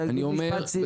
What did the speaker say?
תגיד משפט סיום.